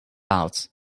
out